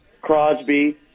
Crosby